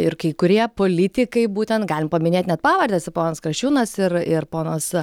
ir kai kurie politikai būtent galim paminėti net pavardes ponas krasčiūnas ir ir ponas